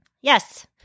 Yes